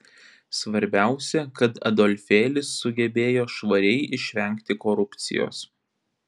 svarbiausia kad adolfėlis sugebėjo švariai išvengti korupcijos